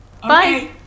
Bye